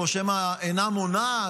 או שמא אינה מונעת,